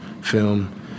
film